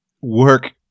work